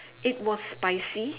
it was spicy